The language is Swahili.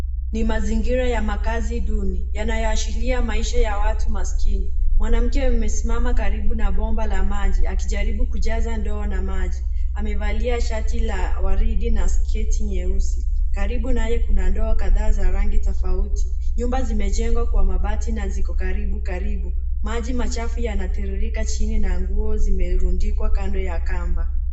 Ni mazingira ya makazi duni yanayoashiria maisha ya watu masikini. Mwanamke amesimama karibu na bomba la maji akijaribu kujaza ndoo na maji. Amevalia shati la waridi na sketi nyeusi. Karibu naye kuna ndoo kadhaa za rangi tofauti. Nyumba zimejengwa kwa mabati na ziko karibu karibu. Maji machafu yanatiririka chini na nguo zimerundikwa kando ya kamba.